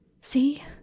See